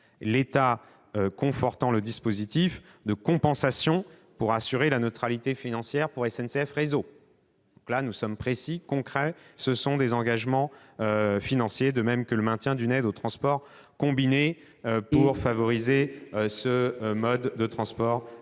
l'État conforte le dispositif de compensation pour assurer la neutralité financière de cette mesure pour SNCF Réseau. Nous sommes précis et concrets : c'est un engagement financier, de même que le maintien d'une aide au transport combiné, visant à favoriser ce mode de transport